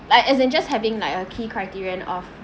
like as in just having like a key criterion of